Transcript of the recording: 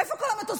איפה כל המטוסים?